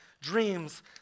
Dreams